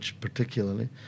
particularly